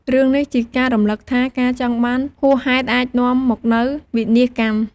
រឿងនេះជាការរំលឹកថា ការចង់បានហួសហេតុអាចនាំមកនូវវិនាសកម្ម។